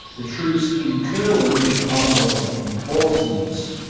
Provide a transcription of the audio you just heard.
the troops in courland are more important.